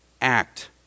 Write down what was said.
act